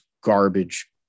garbage